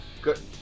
good